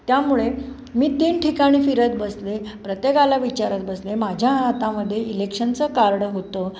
त्यामुळे मी तीन ठिकाणी फिरत बसले प्रत्येकाला विचारत बसले माझ्या हातामध्ये इलेक्शनचं कार्ड होतं